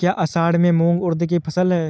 क्या असड़ में मूंग उर्द कि फसल है?